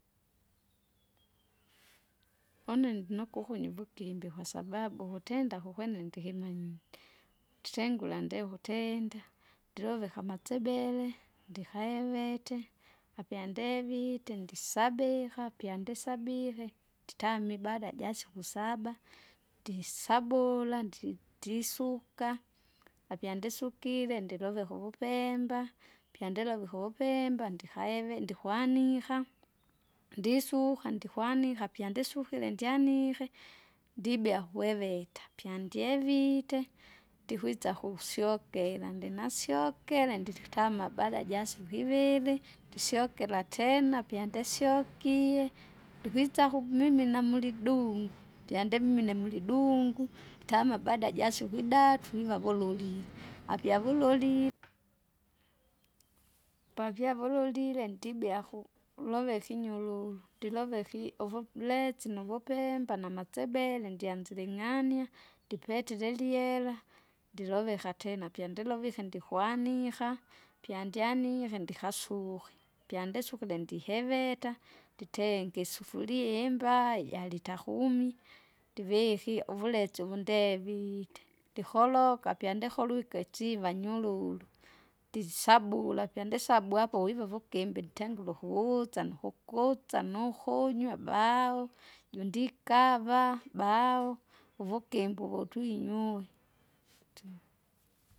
une ndinukuku nyuvugimbe kwasababu kutenda kukwene ndikimanyire, titengure ande kutenda, ndilove kamatsebele, ndikaevete, apyandevite ndisabiha pyandisabike, nditame ibaada jasiku saba, ndiisabula, ndi- ndisuka, apyandisukile ndiloveka uvupemba, pyandilovike uvupemba ndihave ndikwanika. Ndisuka ndikwanika apyandisukile ndyanike, ndibea kweveta, pyandyevite, ndikwisa kusyokera ndinasyokere nditutama baada jasiku iviri ndisyokera tena pyandisyokie, ndikwitsa kumimina mulidumu fyandimimine mulidungu, tama baada jasiku idatu twika vululile, apya vululile. Apyavululile ndibea ku- kuloveka inyururu, ndiloveke i- uvuletsi navupimba namasebele ndianzire ing'anywa ndipetire elyela, ndiloveka tena apyandilovike ndikwanika apyandyanike ndikasuke. Pyandisukile ndiheveta, nditenge isufuria imba jalita kumi! ndiviki uvuletsi uvundevite, ndikoloka, apyandiholwike itsiva nyururu. Ndisabula apyandisabue apyandisabue apo hivohivo kimbe ntengule ukuvusa nukukutsa nukuunywa bao, jundikava bao, uvugimbi uvutinywa uwe.